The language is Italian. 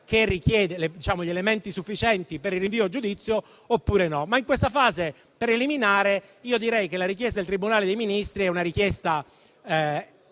se vi saranno elementi sufficienti per il rinvio a giudizio oppure no. In questa fase preliminare, io direi che la richiesta del Tribunale dei Ministri è equilibrata